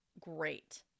great